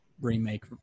remake